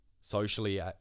socially